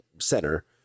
center